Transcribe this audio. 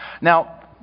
Now